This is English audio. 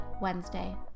Wednesday